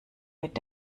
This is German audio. mit